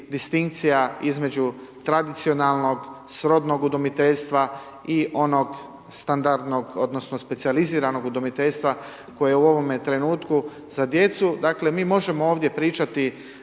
distinkcija između tradicionalnog, srodnog udomiteljstva i onog standardnog odnosno specijaliziranog udomiteljstva koje u ovom trenutku za djecu. Dakle, mi možemo ovdje pričati